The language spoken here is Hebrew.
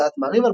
הוצאת מעריב,